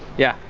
yeah.